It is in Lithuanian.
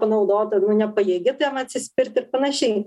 panaudota nu nepajėgi tam atsispirt ir panašiai